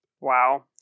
Wow